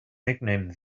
nickname